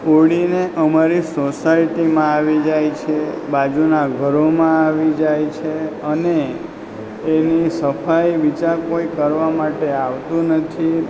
ઉડીને અમારી સોસાયટીમાં આવી જાય છે બાજુના ઘરોમાં આવી જાય છે અને એની સફાઈ બીજું કોઈ કરવા માટે આવતું નથી